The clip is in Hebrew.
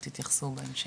אבל תתייחסו בהמשך.